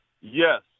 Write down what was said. yes